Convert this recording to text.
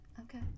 Okay